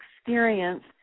experience